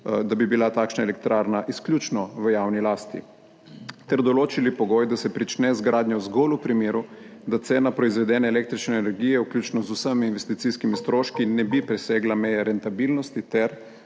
da bi bila takšna elektrarna izključno v javni lasti, ter določili pogoj, da se prične z gradnjo zgolj v primeru, da cena proizvedene električne energije, vključno z vsemi investicijskimi stroški, ne bi presegla meje rentabilnosti, ter